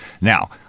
Now